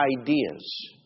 ideas